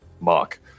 mark